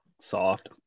soft